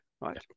right